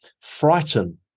frighten